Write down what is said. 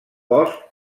bosc